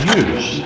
use